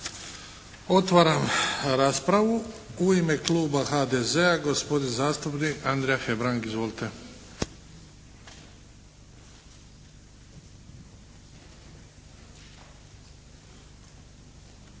Otvaram raspravu. U ime kluba HDZ-a gospodin zastupnik Andrija Hebrang. Izvolite!